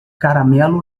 caramelo